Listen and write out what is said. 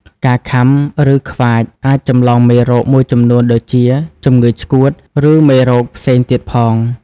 ការខាំ ឬខ្វាចអាចចម្លងមេរោគមួយចំនួនដូចជា ជំងឺឆ្កួត ឬមេរោគផ្សេងទៀតផង។